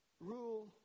Rule